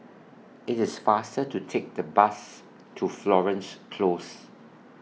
IT IS faster to Take The Bus to Florence Close